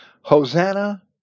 Hosanna